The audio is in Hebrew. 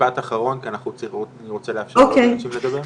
במשפט אחרון כי אני רוצה לאפשר לעוד אנשים לדבר.